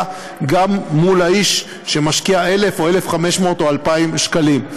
גם מול האיש שמשקיע 1,000 או 1,500 או 2,000 שקלים.